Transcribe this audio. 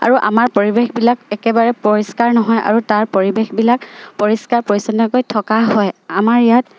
আৰু আমাৰ পৰিৱেশবিলাক একেবাৰে পৰিষ্কাৰ নহয় আৰু তাৰ পৰিৱেশবিলাক পৰিষ্কাৰ পৰিচ্ছন্নকৈ থকা হয় আমাৰ ইয়াত